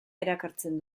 erakartzen